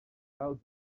doubt